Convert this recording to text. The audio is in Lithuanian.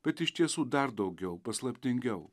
bet iš tiesų dar daugiau paslaptingiau